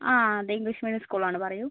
ആ അതേ English medium school ആണ് പറയൂ